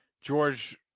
George